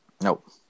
Nope